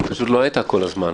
היא לא הייתה כל הזמן.